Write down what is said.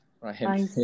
Right